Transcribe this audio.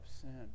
sin